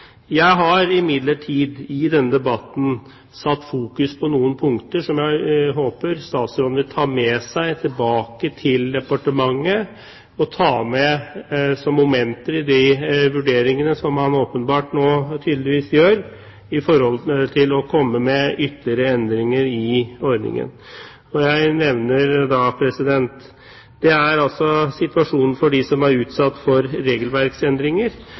Jeg har imidlertid i denne debatten satt fokus på noen punkter som jeg håper statsråden vil ta med seg tilbake til departementet og ta med som momenter i de vurderingene som han åpenbart nå tydeligvis gjør med tanke på å komme med ytterligere endringer i ordningen. Jeg nevner situasjonen for dem som er utsatt for regelverksendringer. Dette gjelder ikke saker som er avgjort. Dette gjelder for